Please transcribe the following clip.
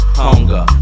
hunger